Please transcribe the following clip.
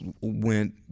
went